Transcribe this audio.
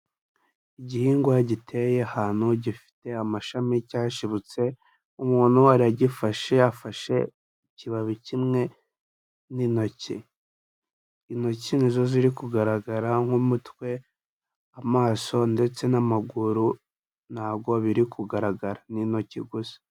Igihingwa giteye ahantu gifite amashami cyashibutse, umuntu aragifashe afashe ikibabi kimwe n'intoki. Intoki ni zo ziri kugaragara nk'umutwe, amaso ndetse n'amaguru ntabwo biri kugaragara, ni intoki gusa.